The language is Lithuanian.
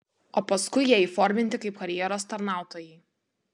o paskui jie įforminti kaip karjeros tarnautojai